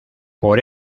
por